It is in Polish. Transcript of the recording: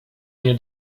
nie